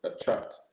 attract